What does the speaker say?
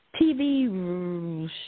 TV